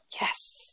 yes